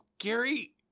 Gary